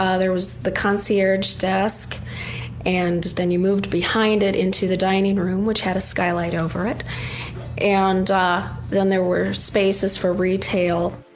ah there was the concierge desk and then you moved behind it into the dining room which had a skylight over it and then there were spaces for retail.